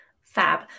Fab